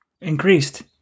increased